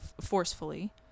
forcefully